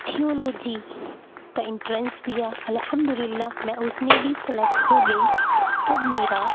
theology کا entrance دیا الحمد اللہ میں اُس میں بھی سلیكٹ ہو گئی اب میرا